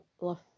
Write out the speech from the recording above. Love